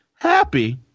happy